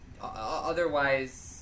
Otherwise